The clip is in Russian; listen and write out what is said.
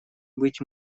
быть